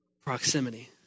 proximity